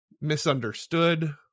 misunderstood